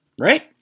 right